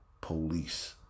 police